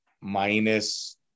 minus